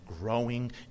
growing